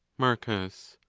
marcus.